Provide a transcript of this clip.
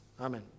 amen